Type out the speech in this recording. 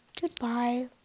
goodbye